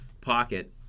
pocket